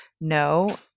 no